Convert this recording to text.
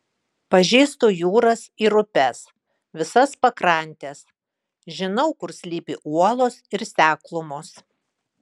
pažįstu jūras ir upes visas pakrantes žinau kur slypi uolos ir seklumos